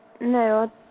No